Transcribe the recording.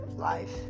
Life